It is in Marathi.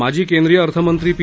माजी केंद्रीय अर्थमंत्री पी